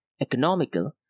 economical